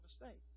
mistake